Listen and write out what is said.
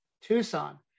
Tucson